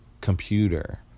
computer